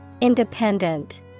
independent